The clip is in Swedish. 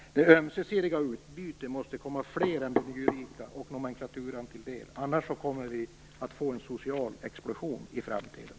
Det ömsesidiga utbytet måste komma fler än de nyrika och nomenklaturan till del, annars kommer vi att få en social explosion i framtiden.